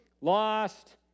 lost